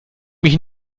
mich